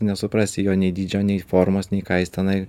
nesuprasi jo nei dydžio nei formos nei ką jis tenai